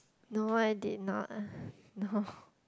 no I did not ah no